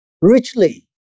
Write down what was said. richly